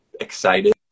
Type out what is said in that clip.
excited